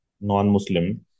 non-Muslim